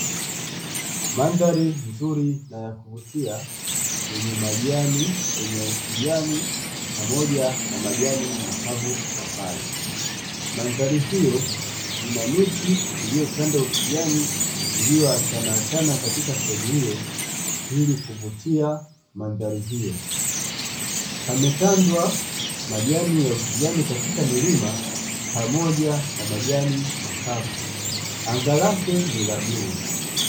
Mandhari nzuri na ya kuvutia yenye majani yenye ukijani pamoja na majani makavu kwa mbali. Mandhari hio ina miti iliyotanda ukijani iliyoachana achana katika sehemu hio ili kuvutia mandhari hio, pametandwa majani ya ukijani katika milima pamoja na majani makavu, anga lake ni la bluu.